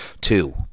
two